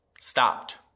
Stopped